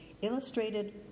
Illustrated